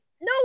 No